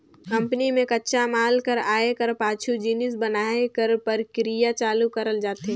company में कच्चा माल कर आए कर पाछू जिनिस बनाए कर परकिरिया चालू करल जाथे